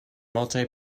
multi